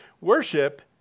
Worship